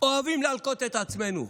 אוהבים להלקות את עצמנו,